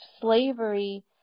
slavery